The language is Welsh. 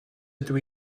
ydw